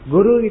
Guru